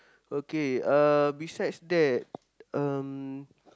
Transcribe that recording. okay uh besides that um